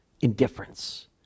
indifference